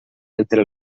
entre